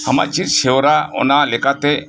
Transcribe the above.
ᱟᱢᱟᱜ ᱦᱮᱡ ᱟᱹᱜᱩ ᱟᱠᱟᱱ ᱦᱮᱣᱟ ᱚᱱᱟ ᱞᱮᱠᱟᱛᱮ